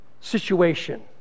situation